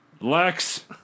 Lex